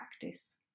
practice